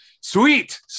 sweet